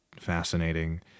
fascinating